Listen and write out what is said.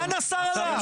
לאן השר הלך?